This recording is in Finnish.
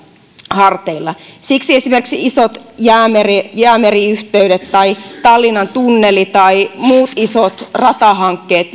harteilla siksi esimerkiksi isot hankkeet jäämeri yhteydet tai tallinnan tunneli tai muut isot ratahankkeet